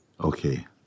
okay